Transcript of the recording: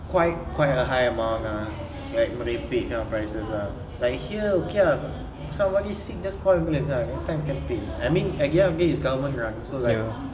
quite quite a high amount ah like merepek kind of prices ah like here okay ah somebody sick just call ambulance ah next time can pay I mean at the end of the day it's government run so like